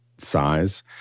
size